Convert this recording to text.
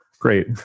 great